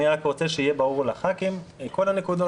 אני רק רוצה שיהיה ברור לח"כים כל הנקודות,